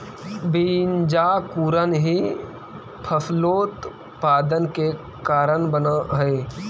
बीजांकुरण ही फसलोत्पादन के कारण बनऽ हइ